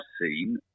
seen